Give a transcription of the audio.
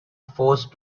forced